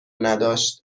نداشت